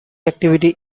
activity